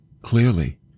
clearly